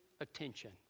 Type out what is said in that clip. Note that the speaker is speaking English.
attention